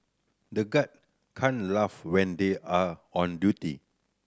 the guard can't laugh when they are on duty